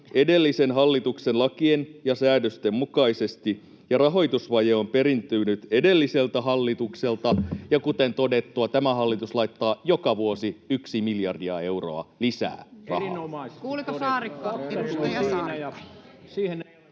edellisen hallituksen lakien ja säädösten mukaisesti ja rahoitusvaje on periytynyt edelliseltä hallitukselta ja, kuten todettua, tämä hallitus laittaa joka vuosi yksi miljardia euroa lisää rahaa?